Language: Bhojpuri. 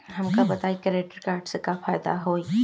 हमका बताई क्रेडिट कार्ड से का फायदा होई?